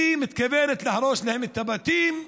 והיא מתכוונת להרוס להם את הבתים,